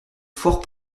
fort